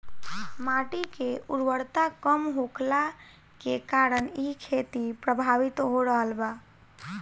माटी के उर्वरता कम होखला के कारण इ खेती प्रभावित हो रहल बा